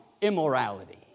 immorality